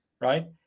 right